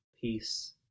peace